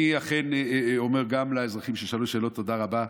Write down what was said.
אני אכן אומר גם לאזרחים ששאלו שאלות תודה רבה,